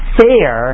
fair